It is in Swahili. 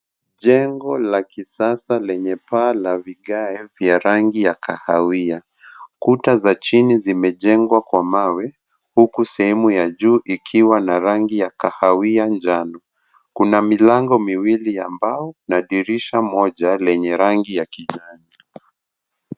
Jengo la kisasa lenye paa la vigae vya rangi ya kahawia. Kuta za chini zimejengwa kwa mawe, huku sehemu ya juu ikiwa na rangi ya kahawia njano. Kuna milango miwili ya mbao na dirisha moja lenye rangi ya kijani.